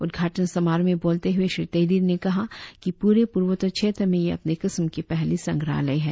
उद्घाटन समारोह में बोलते हुए श्री तेदीर ने कहा कि पुरे पूर्वोत्तर क्षेत्र में यह अपनी किस्म को पहली संग्रहालय है